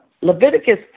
Leviticus